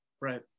right